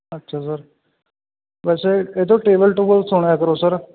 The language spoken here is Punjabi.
ਅੱਛਾ ਸਰ ਵੈਸੇ ਇਹ ਤੋਂ ਟੇਬਲ ਟੂਬਲ ਸੁਣਿਆ ਕਰੋ ਸਰ